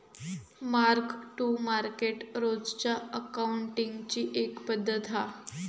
mark to market रोजच्या अकाउंटींगची एक पद्धत हा